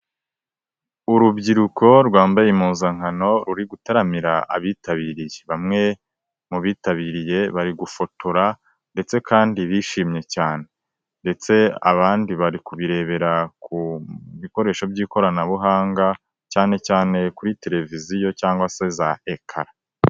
Urubyiruko rwambaye impuzankano ruri gutaramira abitabiriye, bamwe mu bitabiriye bari gufotora ndetse kandi bishimye cyane ndetse abandi bari kubirebera ku bikoresho by'ikoranabuhanga cyane cyane kuri televiziyo cyangwa se za ekara.